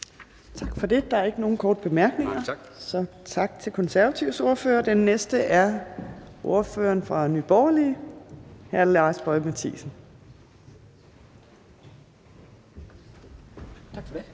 Tak for det. Der er ikke nogen korte bemærkninger, så tak til De Konservatives ordfører. Den næste er ordføreren for Nye Borgerlige, hr. Lars Boje Mathiesen. Kl.